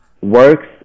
Works